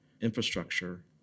infrastructure